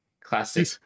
classic